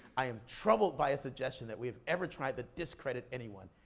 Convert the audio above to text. i am troubled by a suggestion that we have ever tried to discredit anyone.